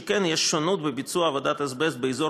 שכן יש שונות בביצוע עבודת אזבסט באזור